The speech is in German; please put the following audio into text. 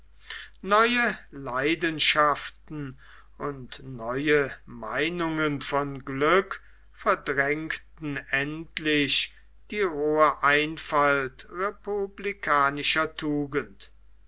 neue leidenschaften und neue meinungen von glück verdrängten endlich die rohe einfalt republikanischer tugend